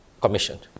commissioned